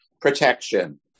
protection